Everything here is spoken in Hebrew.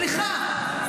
סליחה,